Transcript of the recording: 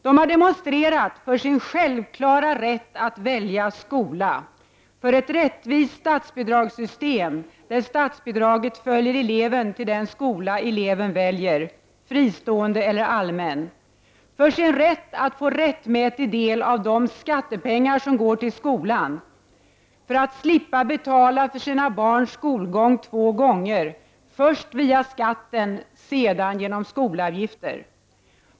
De har demonstrerat för sin självklara rätt att välja skola, för ett rättvist statsbidragssystem, där statsbidraget följer eleven till den skola eleven väljer — fristående eller allmän —, för sin rätt att få rättmätig del av de skattepengar som går till skolan, för att slippa betala för sina barns skolgång två gånger — först via skatten, sedan genom skolavgifter.